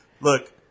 Look